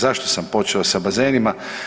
Zašto sam počeo sa bazenima?